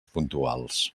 puntuals